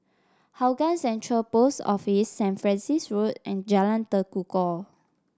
Hougang Central Post Office Saint Francis Road and Jalan Tekukor